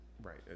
Right